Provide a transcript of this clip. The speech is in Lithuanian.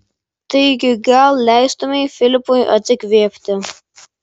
taigi gal leistumei filipui atsikvėpti